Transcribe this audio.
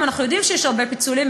אנחנו יודעים שהיום יש הרבה פיצולים,